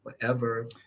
forever